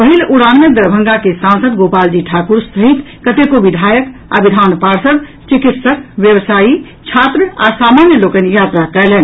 पहिल उड़ान मे दरभंगा के सांसद गोपालजी ठाकुर सहित कतेको विधायक आ विधान पाषर्द चिकित्सक व्यवसायी छात्र आ सामान्य लोकनि यात्रा कयलनि